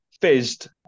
Fizzed